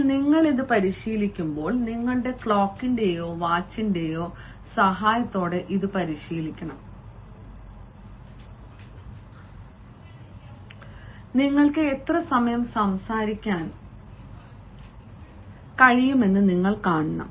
എന്നാൽ നിങ്ങൾ ഇത് പരിശീലിക്കുമ്പോൾ നിങ്ങളുടെ ക്ലോക്കിന്റെയോ വാച്ചിന്റെയോ സഹായത്തോടെ ഇത് പരിശീലിക്കണം നിങ്ങൾക്ക് എത്ര സമയം സംസാരിക്കാൻ കഴിയുമെന്ന് നിങ്ങൾ കാണണം